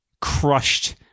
crushed